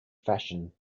fashion